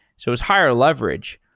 so it's higher leverage.